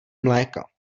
mléka